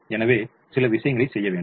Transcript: எனவே சில விஷயங்களைச் செய்வோம்